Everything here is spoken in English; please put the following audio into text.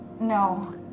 No